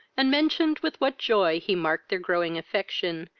and mentioned with what joy he marked their growing affection,